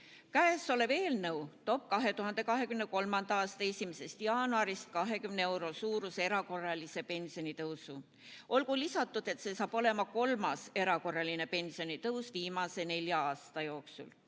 Käesolev eelnõu toob 2023. aasta 1. jaanuarist 20 euro suuruse erakorralise pensionitõusu. Olgu lisatud, et see on kolmas erakorraline pensionitõus viimase nelja aasta jooksul.